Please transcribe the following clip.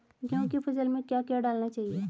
गेहूँ की फसल में क्या क्या डालना चाहिए?